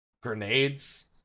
grenades